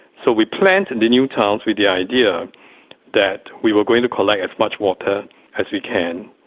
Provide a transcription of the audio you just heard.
so we planned and the new towns with the idea that we were going to collect as much water as we can,